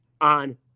on